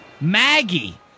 Maggie